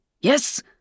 Yes